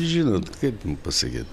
žinot kaip jum pasakyt